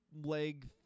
leg